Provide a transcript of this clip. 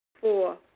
Four